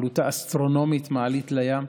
עלותה אסטרונומית, מעלית לים.